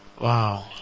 Wow